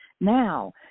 now